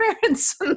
parents